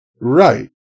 Right